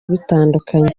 bitandukanye